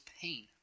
pain